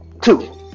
two